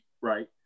right